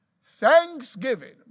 Thanksgiving